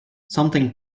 something